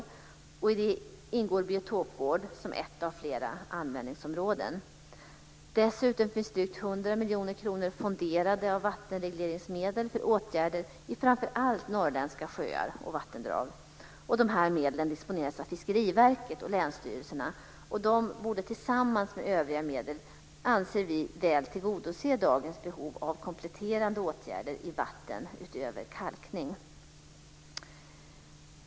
Däri ingår biotopvård som ett av flera användningsområden. Dessutom finns drygt 100 miljoner kronor fonderade av vattenregleringsmedel för åtgärder i framför allt norrländska sjöar och vattendrag. Dessa medel disponeras av Fiskeriverket och länsstyrelserna och borde tillsammans med övriga medel, anser vi, väl tillgodose dagens behov av kompletterande åtgärder i vatten utöver kalkning.